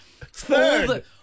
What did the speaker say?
Third